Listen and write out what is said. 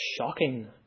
shocking